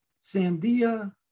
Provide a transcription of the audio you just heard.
Sandia